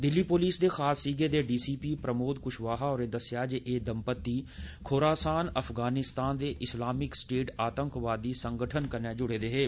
Delhi police दे खास सीगे दे डीसीपी प्रमोद कुशवाहा होरें दस्सेआ जे एह् दंपत्ति खोरासन दे इस्लामिक स्टेट आतंकवादी संगठन कन्नै जुड़े दे हे